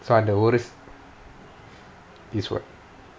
so அந்த ஒரு:antha oru